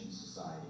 Society